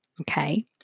Okay